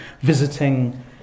visiting